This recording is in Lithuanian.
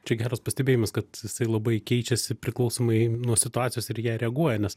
čia geras pastebėjimas kad tai labai keičiasi priklausomai nuo situacijos ir į ją reaguoja nes